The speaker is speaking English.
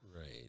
Right